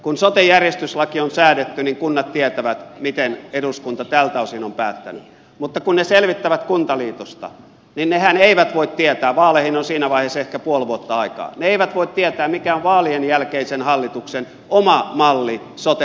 kun sote järjestyslaki on säädetty kunnat tietävät miten eduskunta tältä osin on päättänyt mutta kun ne selvittävät kuntaliitosta niin nehän eivät voi tietää vaaleihin on siinä vaiheessa ehkä puoli vuotta aikaa mikä on vaalien jälkeisen hallituksen oma malli sote palvelujen järjestämiseksi